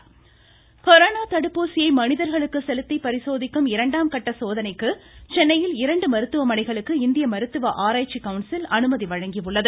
corona தடுப்பூசி corona தடுப்பூசியை மனிதர்களுக்கு செலுத்தி பரிசோதிக்கும் இரண்டாம் கட்ட சோதனைக்கு சென்னையில் இரண்டு மருத்துவமனைகளுக்கு இந்திய மருத்துவ ஆராய்ச்சிக் கவுன்சில் அனுமதி வழங்கியுள்ளது